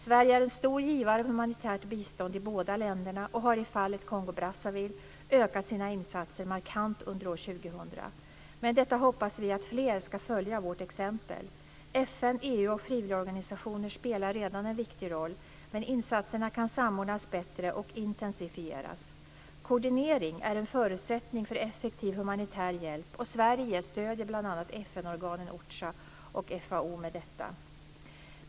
Sverige är en stor givare av humanitärt bistånd i båda länderna och har i fallet Kongo-Brazzaville ökat sina insatser markant under år 2000. Med detta hoppas vi att fler ska följa vårt exempel. FN, EU och frivilligorganisationer spelar redan en viktig roll, men insatserna kan samordnas bättre och intensifieras. Koordinering är en förutsättning för effektiv humanitär hjälp, och Sverige stöder bl.a. FN-organen OCHA och FAO med detta.